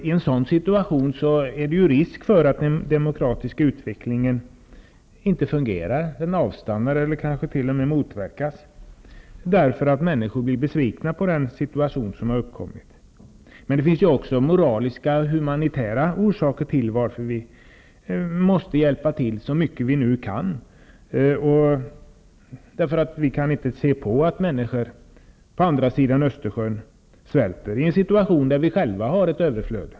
I en sådan situation finns det en risk för att den demokratiska utvecklingen inte fungerar. Den kan av stanna eller t.o.m. motverkas. Det kan bero på att människor blir besvikna på den situation som har uppkommit. Men det finns också moraliska och humanitära orsaker till att vi måste hjälpa till så mycket vi kan. Vi kan inte se på när människor på andra sidan Öster sjön svälter i en situation där vi själva lever i ett överflöd.